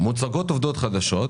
מוצגות עובדות חדשות,